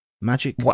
magic